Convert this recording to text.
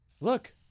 look